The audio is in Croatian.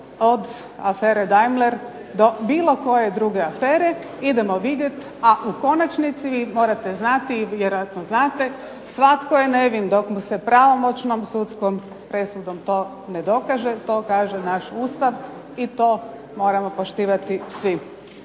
od afere Deimler do bilo koje druge afere, idemo vidjeti, a u konačnici vi morate znati, vjerojatno znate svatko je nevin dok mu se pravomoćnom sudskom presudom to ne dokaže, to kaže naš Ustav i to moramo poštivati svi.